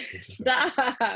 Stop